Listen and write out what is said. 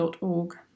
org